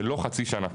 זה לא חצי שנה.